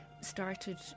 started